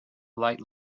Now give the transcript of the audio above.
light